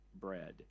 bread